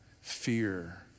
fear